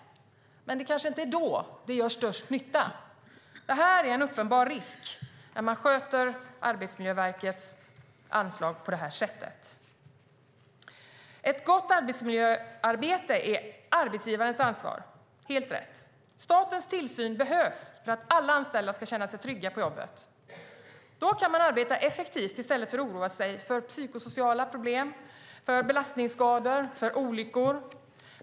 Men det är kanske inte då som de gör störst nytta. Detta är en uppenbar risk när man sköter Arbetsmiljöverkets anslag på detta sätt. Ett gott arbetsmiljöarbete är arbetsgivarens ansvar. Det är helt rätt. Statens tillsyn behövs för att alla anställda ska känna sig trygga på jobbet. Då kan man arbeta effektivt i stället för att oroa sig för psykosociala problem, för belastningsskador och för olyckor.